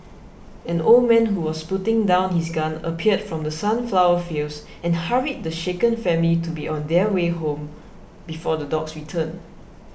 an old man who was putting down his gun appeared from the sunflower fields and hurried the shaken family to be on their way home before the dogs return